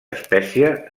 espècia